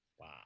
Wow